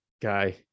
guy